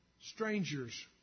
strangers